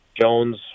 Jones